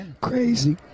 crazy